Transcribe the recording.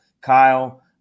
Kyle